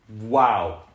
Wow